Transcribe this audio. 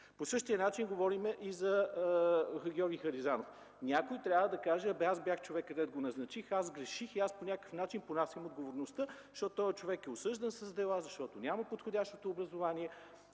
По същия начин говорим и за Георги Харизанов. Някой трябва да каже: „Абе, аз бях човекът, дето го назначих. Аз сгреших и по някакъв начин понасям отговорността, защото този човек е осъждан, с дела е, няма подходящото образование”.